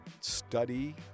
study